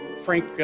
Frank